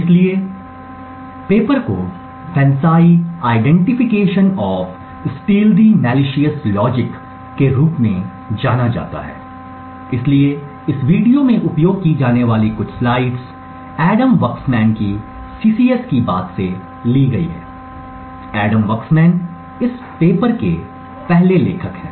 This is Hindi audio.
इसलिए पेपर को FANCI identification of stealthy malicious logic के रूप में जाना जाता है इसलिए इस वीडियो में उपयोग की जाने वाली कुछ स्लाइड्स एडम वक्समैन की CCS की बात से ली गई हैं एडम वाक्समैन इस पत्र के पहले लेखक हैं